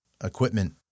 equipment